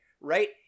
right